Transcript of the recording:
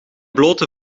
blote